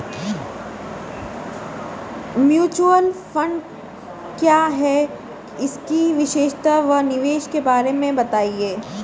Mutual fund क्या है इसकी विशेषता व निवेश के बारे में बताइये?